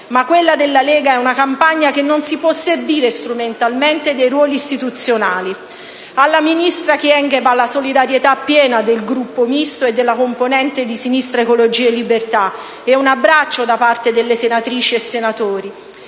ma quella della Lega è una campagna che non si può servire strumentalmente dei ruoli istituzionali. Alla ministra Kyenge va la solidarietà piena del Gruppo Misto e della componente di Sinistra Ecologia e Libertà e un abbraccio da parte delle senatrici e dei senatori.